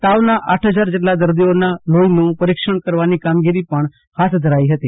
તાવના આઠ હજાર જેટલા દદીઓના લોહીનું પરીક્ષણ કરવાની કામગીરી પણ હાથ ધરાઈ હતી